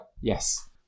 Yes